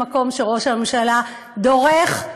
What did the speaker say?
במקום שראש הממשלה דורך,